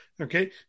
okay